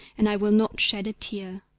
and i will not shed a tear.